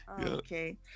okay